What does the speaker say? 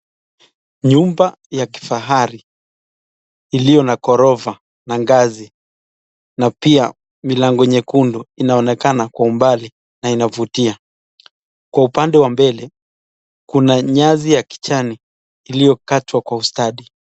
Nyumba ya kifahari iliyo na ghorofa na ngazi na pia milango nyekundu inaonekana kwa umbali na inavutia. Kwa upande wa mbele kuna nyasi ya kijani iliokatwa kwa ustadi.